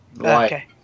Okay